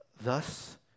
thus